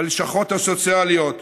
בלשכות הסוציאליות,